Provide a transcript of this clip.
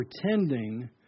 pretending